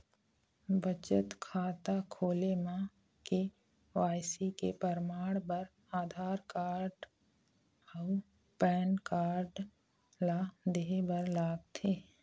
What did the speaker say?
बचत खाता खोले म के.वाइ.सी के परमाण बर आधार कार्ड अउ पैन कार्ड ला देहे बर लागथे